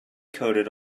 coated